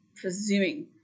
presuming